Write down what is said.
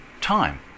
time